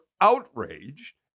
outraged